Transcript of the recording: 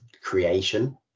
creation